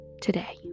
today